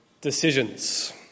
decisions